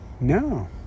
No